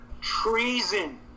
treason